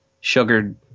sugared